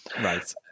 Right